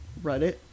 reddit